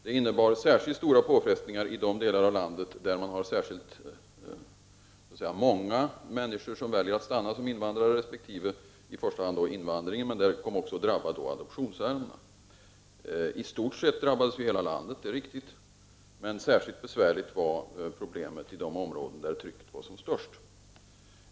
Det innebar särskilt stora påfrestningar i de delar av landet där många invandrare väljer att stanna och där adoptionsärendena också kom att drabbas. Det är riktigt att i stort sett hela landet drabbades, men problemet var särskilt besvärligt i de områden där trycket var störst.